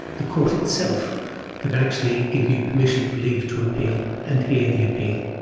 the court itself could actually give you permission for leave to appeal and hear the appeal.